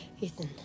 Ethan